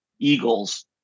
Eagles